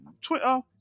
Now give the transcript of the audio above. Twitter